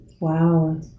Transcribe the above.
Wow